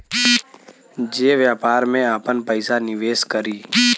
जे व्यापार में आपन पइसा निवेस करी